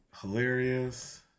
hilarious